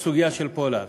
בסוגיה של פולארד.